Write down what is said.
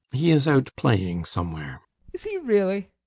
he is out playing somewhere is he really!